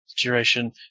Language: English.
Duration